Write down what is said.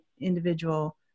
individual